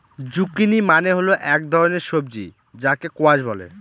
zucchini মানে হল এক ধরনের সবজি যাকে স্কোয়াশ বলে